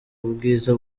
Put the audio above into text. ubwiza